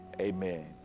amen